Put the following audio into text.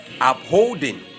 upholding